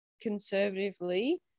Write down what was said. conservatively